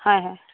হয় হয়